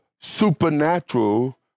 supernatural